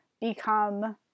become